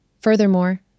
furthermore